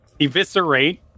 eviscerate